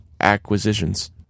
acquisitions